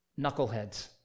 knuckleheads